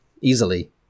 easily